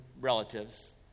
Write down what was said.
relatives